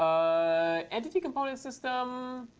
entity component system,